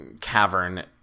cavern